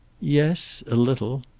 yes. a little.